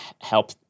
help